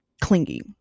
clingy